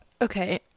okay